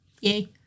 Yay